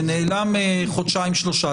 נעלם לחודשיים-שלושה.